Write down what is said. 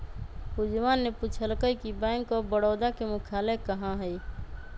पूजवा ने पूछल कई कि बैंक ऑफ बड़ौदा के मुख्यालय कहाँ हई?